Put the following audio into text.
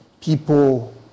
people